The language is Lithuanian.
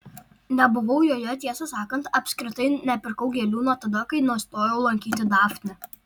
nebuvau joje tiesą sakant apskritai nepirkau gėlių nuo tada kai nustojau lankyti dafnę